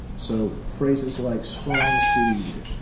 so phrases like strong seed,